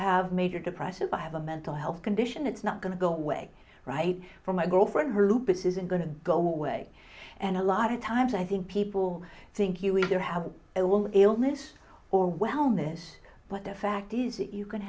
have major depressive i have a mental health condition it's not going to go away right for my girlfriend her lupus isn't going to go away and a lot of times i think people think you either have a woman illness or wellness but the fact is that you can